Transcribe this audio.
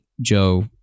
Joe